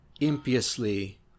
impiously